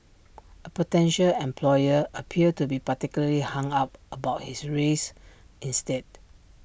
A potential employer appeared to be particularly hung up about his race instead